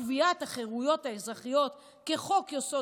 קביעת החירויות האזרחיות כחוק-יסוד